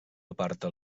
aparta